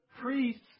priests